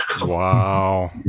wow